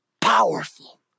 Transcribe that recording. powerful